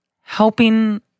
helping